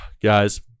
Guys